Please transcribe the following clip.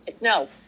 No